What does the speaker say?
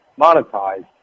monetize